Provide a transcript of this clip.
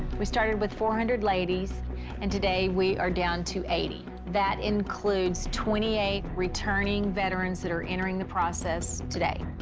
we started with four hundred ladies and today we are down to eighty. that includes twenty eight returning veterans that are entering the process today.